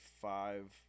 five